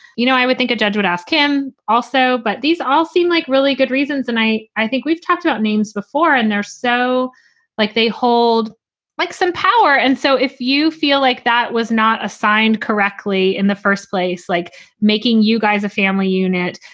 you know, i would think a judge would ask him also. but these all seem like really good reasons. and i i think we've talked about names before and they're so like they hold like some power. and so if you feel like that was not assigned correctly in the first place, like making you guys a family unit,